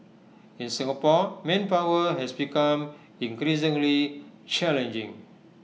in Singapore manpower has become increasingly challenging